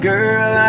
Girl